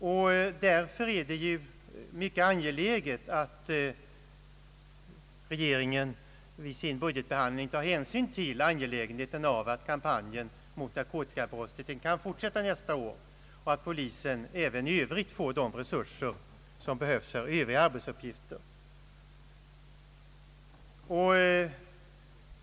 Det är därför mycket angeläget att regeringen vid sin budgetbehandling tar hänsyn till nödvändigheten av att kampanjen mot narkotikabrottsligheten kan fortsätta nästa år och att polisen även i övrigt får de resurser som behövs för övriga arbetsuppgifter.